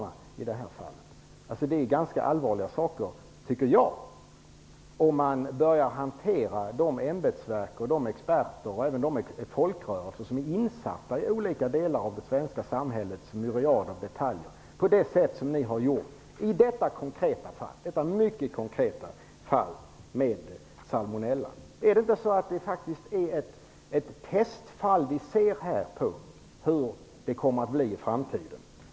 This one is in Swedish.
Jag tycker att det är ganska allvarligt om man börjar hantera de ämbetsverk, experter och folkrörelser som är insatta i olika delar av det svenska samhällets myriader av detaljer på det sätt som ni har gjort i detta mycket konkreta fall med salmonellan. Är inte detta ett testfall på hur det kommer att bli i framtiden?